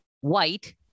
white